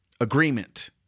agreement